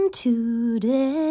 today